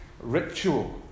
ritual